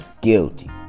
Guilty